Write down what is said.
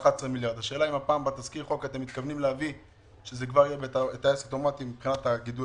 האם בתזכיר החוק הגידול הטבעי יהיה בטייס האוטומטי?